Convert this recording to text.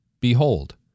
Behold